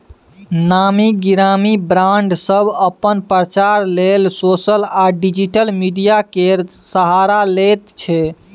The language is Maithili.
नामी गिरामी ब्राँड सब अपन प्रचार लेल सोशल आ डिजिटल मीडिया केर सहारा लैत छै